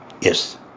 Yes